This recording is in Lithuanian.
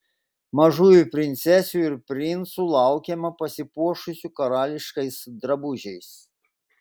mažųjų princesių ir princų laukiame pasipuošusių karališkais drabužiais